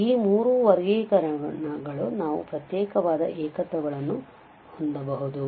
ಆದ್ದರಿಂದ ಈ ಮೂರು ವರ್ಗೀಕರಣಗಳು ನಾವು ಪ್ರತ್ಯೇಕವಾದ ಏಕತ್ವಗಳನ್ನು ಹೊಂದಬಹುದು